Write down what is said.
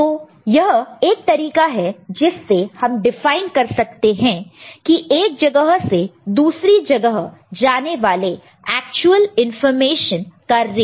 तो यह एक तरीका है जिससे हम डिफाइन कर सकते हैं की एक जगह से दूसरी जगह जाने वाले एक्चुअल इंफॉर्मेशन का रेट